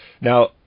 Now